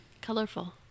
Colorful